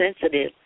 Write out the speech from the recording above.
sensitive